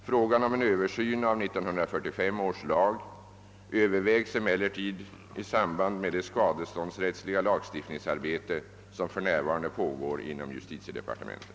Frågan om en översyn av 1945 års lag övervägs emellertid i samband med det skadeståndsrättsliga lagstiftningsarbete som för närvarande pågår inom justitiedepartementet.